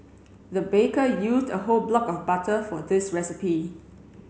the baker used a whole block of butter for this recipe